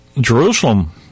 jerusalem